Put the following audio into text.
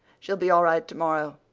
she'll be all right tomorrow.